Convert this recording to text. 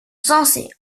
censés